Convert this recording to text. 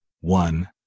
one